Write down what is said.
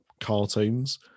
cartoons